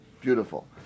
beautiful